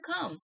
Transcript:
come